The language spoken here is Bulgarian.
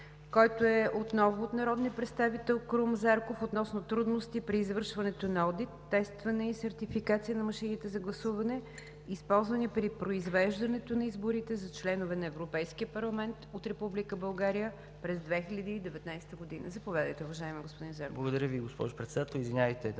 който отново е от народния представител Крум Зарков относно трудности при извършването на одит, тестване и сертификация на машините за гласуване, използвани при произвеждането на изборите за членове на Европейския парламент от Република България през 2019 г. Заповядайте, уважаеми господин Зарков. КРУМ ЗАРКОВ (БСП за България): Благодаря Ви, госпожо Председател. Извинявайте, дами